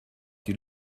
die